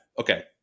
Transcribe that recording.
Okay